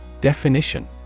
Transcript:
Definition